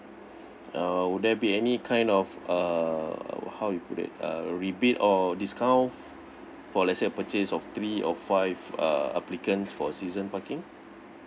uh will there be any kind of err how you put it a rebate or discount for let's say a purchase of three or five uh applicants for a season parking